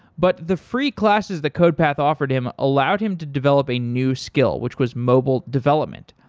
but the free classes that codepath offered him allowed him to develop a new skill, which was mobile development.